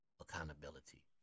accountability